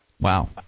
Wow